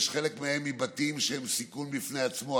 חלק מהם מבתים שהם סיכון בפני עצמם.